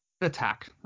attack